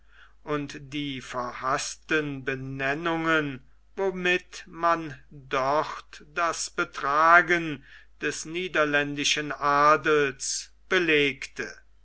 und die verhaßten benennungen womit man dort das betragen des niederländischen adels belegte